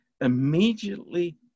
immediately